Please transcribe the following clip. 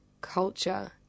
culture